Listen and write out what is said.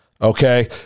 Okay